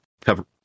cover